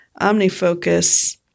OmniFocus